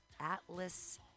Atlas